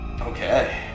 Okay